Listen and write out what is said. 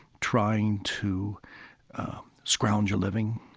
trying to scrounge a living.